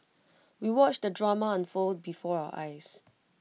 we watched the drama unfold before our eyes